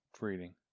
reading